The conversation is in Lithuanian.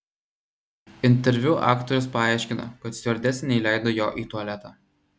interviu aktorius paaiškino kad stiuardesė neįleido jo į tualetą